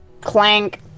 Clank